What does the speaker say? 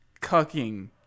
cucking